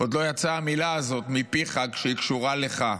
עוד לא יצאה המילה הזאת מפיך כשהיא קשורה לך.